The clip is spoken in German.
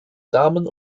damen